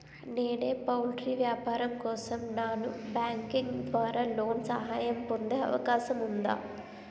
నేను పౌల్ట్రీ వ్యాపారం కోసం నాన్ బ్యాంకింగ్ ద్వారా లోన్ సహాయం పొందే అవకాశం ఉందా?